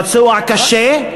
פצוע קשה.